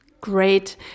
great